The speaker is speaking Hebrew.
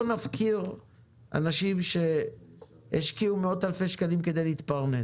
אז אנחנו לא נפקיר אנשים שהשקיעו מאות אלפי שקלים כדי להתפרנס,